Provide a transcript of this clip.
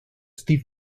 steve